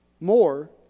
more